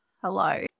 hello